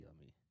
yummy